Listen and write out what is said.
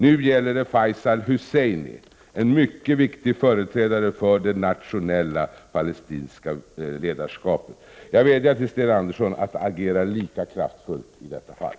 Nu gäller det Faisal Husseini, en mycket viktig företrädare för det nationella palestinska ledarskapet. Jag vädjar till Sten Andersson att agera lika kraftfullt i detta fall.